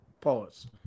Pause